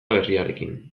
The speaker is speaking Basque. berriarekin